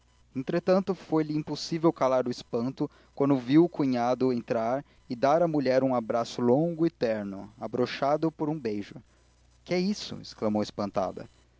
entretanto foi-lhe impossível calar o espanto quando viu o cunhado entrar e dar à mulher um abraço longo e terno abrochado por um beijo que é isso exclamou espantada